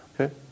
Okay